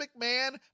McMahon